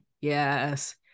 yes